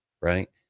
right